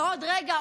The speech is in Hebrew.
ועוד רגע,